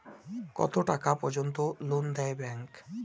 কত টাকা পর্যন্ত লোন দেয় ব্যাংক?